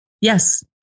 Yes